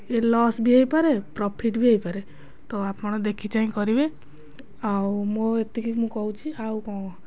ଇଏ ଲସ୍ ବି ହୋଇପାରେ ପ୍ରଫିଟ୍ ବି ହୋଇପାରେ ତ ଆପଣ ଦେଖି ଚାହିଁ କରିବେ ଆଉ ମୁଁ ଏତିକି ମୁଁ କହୁଛି ଆଉ କ'ଣ